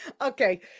okay